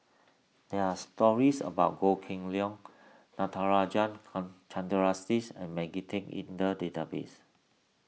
there are stories about Goh Kheng Long Natarajan Kan and Maggie Teng in the database